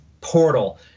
portal